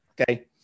Okay